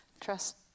Trust